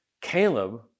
Caleb